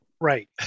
right